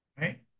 right